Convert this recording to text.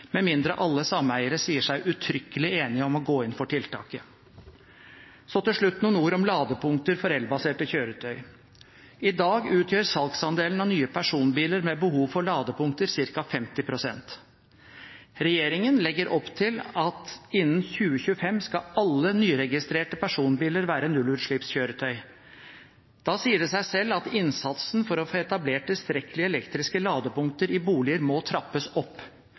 med mindre alle sameiere sier seg uttrykkelig enige om å gå inn for tiltaket. Til slutt noen ord om ladepunkter for elbaserte kjøretøy. I dag utgjør salgsandelen av nye personbiler med behov for ladepunkter ca. 50 pst. Regjeringen legger opp til at innen 2025 skal alle nyregistrerte personbiler være nullutslippskjøretøy. Da sier det seg selv at innsatsen for å få etablert tilstrekkelig antall elektriske ladepunkter i boliger må trappes opp.